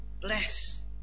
Bless